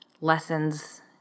lessons